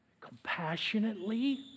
compassionately